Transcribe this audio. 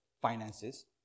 finances